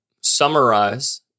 summarize